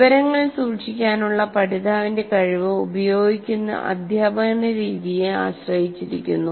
വിവരങ്ങൾ സൂക്ഷിക്കാനുള്ള പഠിതാവിന്റെ കഴിവ് ഉപയോഗിക്കുന്ന അധ്യാപന രീതിയെ ആശ്രയിച്ചിരിക്കുന്നു